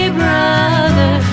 brother